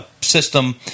system